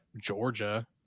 Georgia